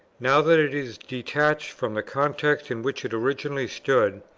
now that it is detached from the context in which it originally stood,